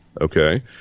okay